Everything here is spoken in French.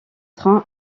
train